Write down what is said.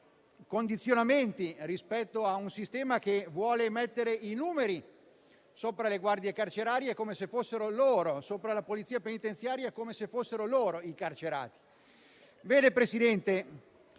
condizionamenti rispetto a un sistema che vuole mettere i numeri sopra le guardie carceraria e la Polizia penitenziaria, come se fossero loro i carcerati. Signor Presidente,